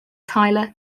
tyler